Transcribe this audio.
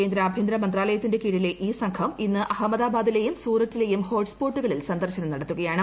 കേന്ദ്ര ആഭ്യന്തര മന്ത്രാലയത്തിന്റെ കീഴിലെ ഈ സംഘം ഇന്ന് അഹമ്മദാബാദിലെയും സൂററ്റിലെയും ഹോട്സ്പോട്ടുകളിൽ സന്ദർശനം നടത്തുകയാണ്